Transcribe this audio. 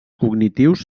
cognitius